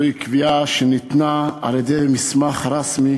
זוהי קביעה שניתנה על-ידי מסמך רשמי